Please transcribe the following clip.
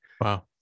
Wow